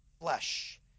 flesh